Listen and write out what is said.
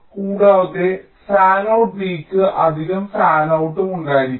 കൂടാതെ fanout b ക്ക് അധിക ഫാനൌട്ടും ഉണ്ടായിരിക്കും